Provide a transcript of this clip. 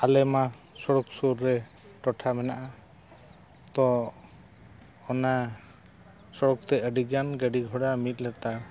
ᱟᱞᱮᱢᱟ ᱥᱚᱲᱚᱠ ᱥᱩᱨ ᱨᱮ ᱴᱚᱴᱷᱟ ᱢᱮᱱᱟᱜᱼᱟ ᱛᱚ ᱚᱱᱟ ᱥᱚᱲᱚᱠᱛᱮ ᱟᱹᱰᱤ ᱜᱟᱱ ᱜᱟᱹᱰᱤ ᱜᱷᱚᱲᱟ ᱢᱤᱫ ᱞᱮᱛᱟᱲ